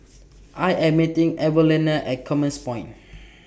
I Am meeting Evelena At Commerce Point